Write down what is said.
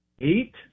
eight